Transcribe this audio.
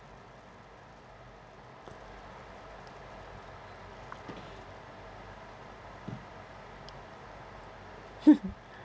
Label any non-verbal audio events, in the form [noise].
[laughs]